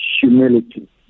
humility